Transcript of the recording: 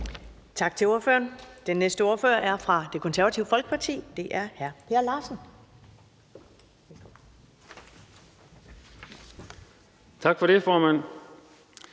Tak til ordføreren. Den næste ordfører er fra Det Konservative Folkeparti, og det er hr. Per Larsen. Velkommen.